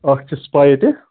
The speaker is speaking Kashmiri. اَکھ چھِ سُپاے تہِ